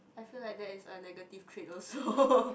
I feel like there is a negative trait also